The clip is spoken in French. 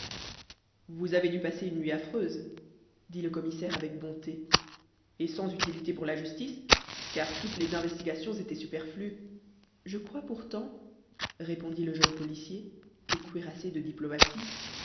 vous avez dû passer une nuit affreuse dit le commissaire avec bonté et sans utilité pour la justice car toutes les investigations étaient superflues je crois pourtant répondit le jeune policier tout cuirassé de diplomatie